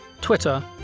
Twitter